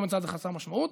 זה חסר משמעות,